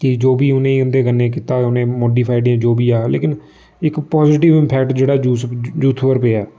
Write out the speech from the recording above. कि बी उनें उं'दे कन्नै कीता उनेंगी मोडीफाइड जां जो बी ऐ लेकिन इक पाजिटिव इफैक्ट जेह्ड़ा यूथ उप्पर पेआ ऐ